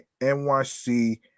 NYC